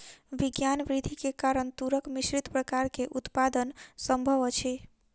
विज्ञान वृद्धि के कारण तूरक मिश्रित प्रकार के उत्पादन संभव अछि